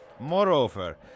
Moreover